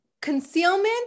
concealment